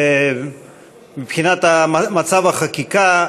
מבחינת מצב החקיקה,